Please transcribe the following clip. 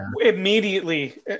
Immediately